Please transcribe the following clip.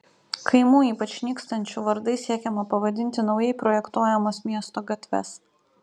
kaimų ypač nykstančių vardais siekiama pavadinti naujai projektuojamas miesto gatves